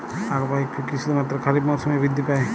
আখ বা ইক্ষু কি শুধুমাত্র খারিফ মরসুমেই বৃদ্ধি পায়?